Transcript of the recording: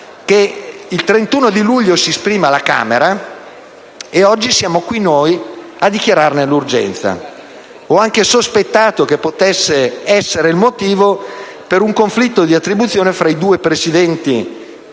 il 31 luglio si esprima la Camera e oggi siamo qui noi a dichiarare l'urgenza, e ho anche sospettato che potesse essere il motivo per un conflitto tra i due Presidenti